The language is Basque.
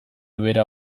bera